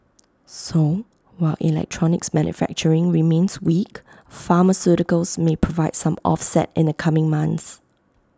so while electronics manufacturing remains weak pharmaceuticals may provide some offset in the coming months